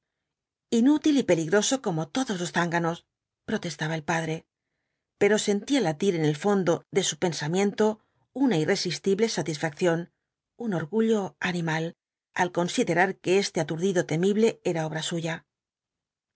inútil y peligroso como todos los zánganos protestaba el padre pero sentía latir en el fondo de su pensamiento una irresistible satisfacción un orgullo animal al considerar que este aturdido temible era obra suya